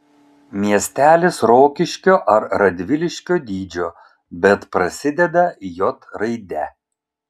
miestelis rokiškio ar radviliškio dydžio bet prasideda j raide